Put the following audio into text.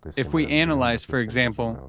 if we analyze, for example,